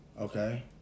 Okay